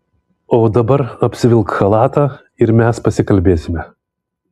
o dabar apsivilk chalatą ir mes pasikalbėsime